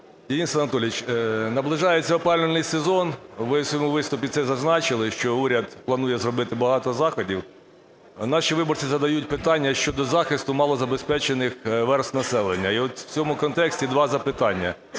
Денис Анатолійович, наближається опалювальний сезон. Ви у своєму виступі це зазначили, що уряд планує зробити багато заходів. Наші виборці задають питання щодо захисту малозабезпечених верств населення. І от у цьому контексті два запитання.